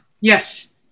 yes